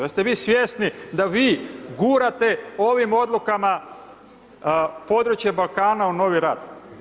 Pa jeste vi svjesni da vi gurate ovim odlukama područje Balkana u novi rat?